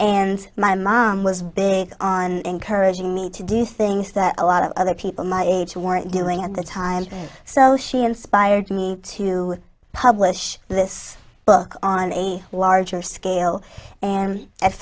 and my mom was big on encouraging me to do things that a lot of other people my age weren't doing at the time so she inspired me to publish this book on a larger scale and at